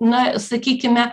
na sakykime